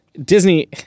Disney